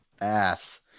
ass